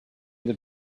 good